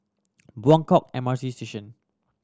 Buangkok M R T Station